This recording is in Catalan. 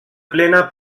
plena